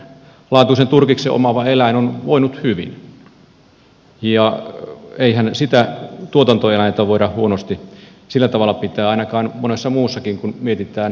hyvälaatuisen turkiksen omaava eläin on voinut hyvin ja eihän sitä tuotantoeläintä voida huonosti sillä tavalla pitää ainakaan monessa muussakaan kun mietitään